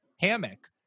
hammock